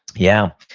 yeah.